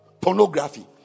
pornography